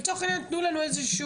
לצורך העניין תנו לנו נתונים.